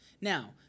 now